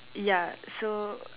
ya so